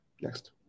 Next